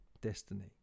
destiny